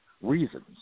reasons